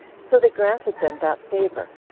so they granted them that favor.